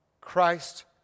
Christ